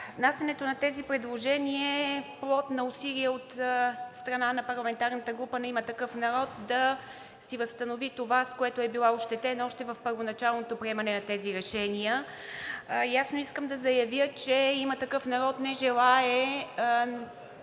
Внасянето на тези предложения е плод на усилия от страна на парламентарната група на „Има такъв народ“ да си възстанови това, с което е била ощетена още в първоначалното приемане на тези решения. Ясно искам да заявя, че „Има такъв народ“ не желае